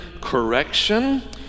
correction